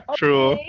true